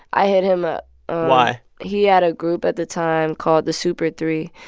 i hit him up why? he had a group at the time called the super three.